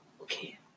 okay